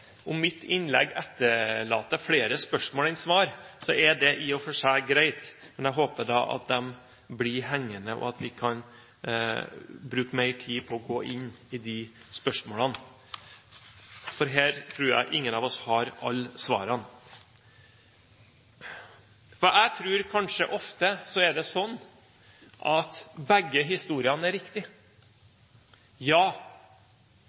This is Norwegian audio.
om mitt innlegg etterlater flere spørsmål enn svar, er det i og for seg greit. Men jeg håper at spørsmålene blir hengende, og at vi kan bruke mer tid på å gå inn i dem, for her tror jeg ingen av oss har alle svarene. Jeg tror det ofte er sånn at begge historiene er riktige. Ja,